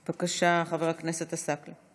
בבקשה, חבר הכנסת עסאקלה.